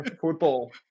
football